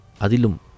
Adilum